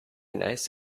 nice